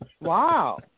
Wow